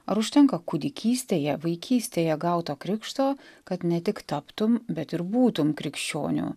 ar užtenka kūdikystėje vaikystėje gauto krikšto kad ne tik taptum bet ir būtum krikščioniu